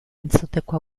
entzuteko